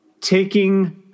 taking